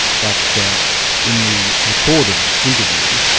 but in the recorded interview,